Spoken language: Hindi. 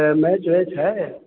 मैच वैच है